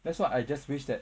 that's why I just wish that